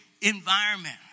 environment